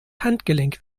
handgelenk